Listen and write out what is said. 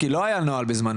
כי לא היה נוהל בזמנו,